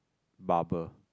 barber